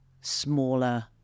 smaller